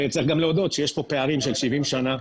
צריך להודות שיש פה פערים של 70 שנה,